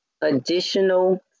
additional